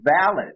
valid